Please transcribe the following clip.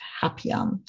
happier